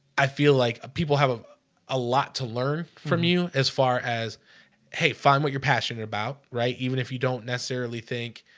i feel like people have a lot to learn from you as far as hey find what you're passionate about right? even if you don't necessarily think